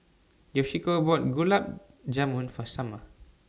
Yoshiko bought Gulab Jamun For Summer